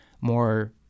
more